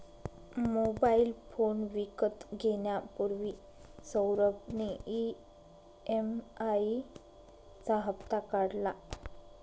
mobile phone विकत घेण्यापूर्वी सौरभ ने ई.एम.आई चा हप्ता काढला